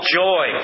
joy